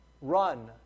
run